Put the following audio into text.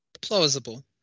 Plausible